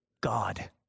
God